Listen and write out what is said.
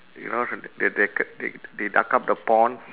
you know they du~ du~ they they dug up the pond